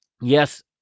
Yes